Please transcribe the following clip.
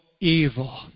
evil